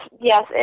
yes